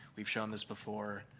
we've shown this before.